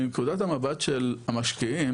מנקודת המבט של המשקיעים,